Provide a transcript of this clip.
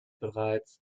bereits